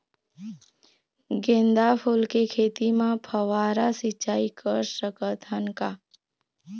गेंदा फूल के खेती म फव्वारा सिचाई कर सकत हन का?